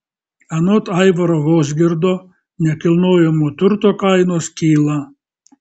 anot aivaro vozgirdo nekilnojamojo turto kainos kyla